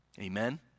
Amen